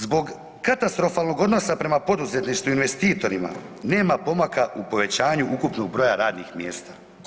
Zbog katastrofalnog odnosa prema poduzetništvu i investitorima nema pomaka u povećanju ukupnog broja radnih mjesta.